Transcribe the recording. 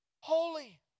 Holy